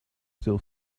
still